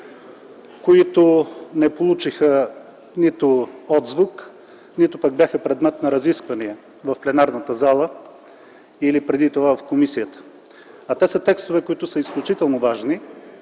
които не получиха нито отзвук, нито пък бяха предмет на разисквания в пленарната зала или преди това в комисията. Това са изключително важни